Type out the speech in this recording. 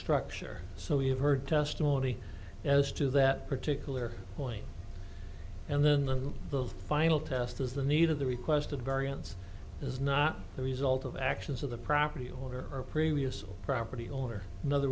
structure so we have heard testimony as to that particular point and then the the final test is the need of the requested variance is not the result of actions of the property order or previous property owner in other